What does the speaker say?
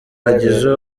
hagize